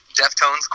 Deftones